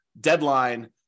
deadline